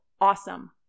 awesome